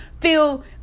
feel